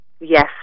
Yes